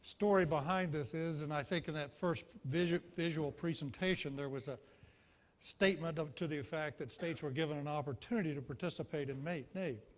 story behind this is and i think in that first visual visual presentation there was a statement to the affect that states were given an opportunity to participate and in naep.